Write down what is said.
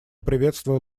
приветствую